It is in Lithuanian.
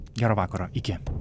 gero vakaro iki